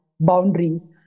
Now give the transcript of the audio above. boundaries